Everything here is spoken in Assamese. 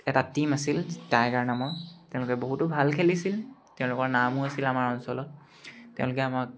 এটা টীম আছিল টাইগাৰ নামৰ তেওঁলোকে বহুতো ভাল খেলিছিল তেওঁলোকৰ নামো আছিল আমাৰ অঞ্চলত তেওঁলোকে আমাক